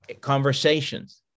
conversations